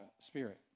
spirit